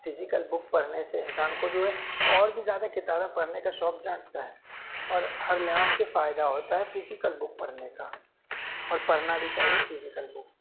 physical book پڑھنے سے انسان کو جو ہے اور بھی زیادہ کتابیں پڑھنے کا شوق جاگتا ہے اور ہر لحاظ سے فائدہ ہوتا ہے فزیکل بک پڑھنے کا اور پڑھنا بھی چاہیے فزیکل بک